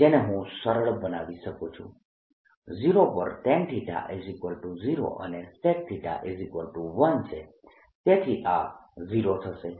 જેને હું સરળ બનાવી શકું છું 0 પર tan 0 અને sec θ1 છે તેથી આ 0 થશે